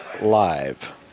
Live